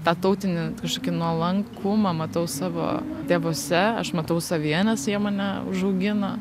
tą tautinį kažkokį nuolankumą matau savo tėvuose aš matau savyje nes jie mane užaugino